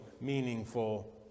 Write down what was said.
meaningful